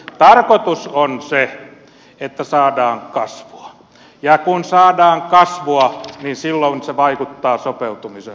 tarkoitus on se että saadaan kasvua ja kun saadaan kasvua niin silloin se vaikuttaa sopeutumisen suuruuteen